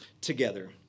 together